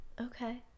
Okay